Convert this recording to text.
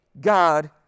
God